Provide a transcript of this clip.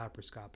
laparoscopic